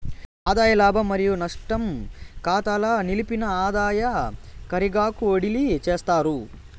ఆదాయ లాభం మరియు నష్టం కాతాల నిలిపిన ఆదాయ కారిగాకు ఓడిలీ చేస్తారు